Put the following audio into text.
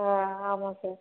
ஆமாம் சார்